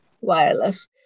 wireless